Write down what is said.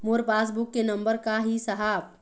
मोर pass book के number का ही साहब?